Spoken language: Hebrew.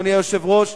אדוני היושב-ראש,